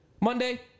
Monday